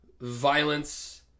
violence